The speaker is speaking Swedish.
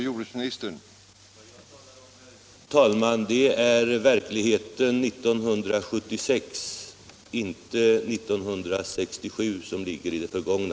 Herr talman! Vad jag talar om är verkligheten 1976, inte 1967, som ligger i det förgångna.